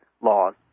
laws